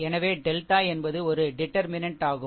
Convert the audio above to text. எனவே டெல்டா என்பது ஒரு டிடர்மினென்ட் ஆகும்